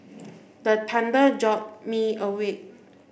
the jolt me awake